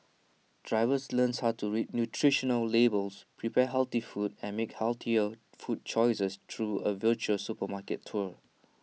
drivers learns how to read nutritional labels prepare healthy food and make healthier food choices through A virtual supermarket tour